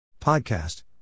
Podcast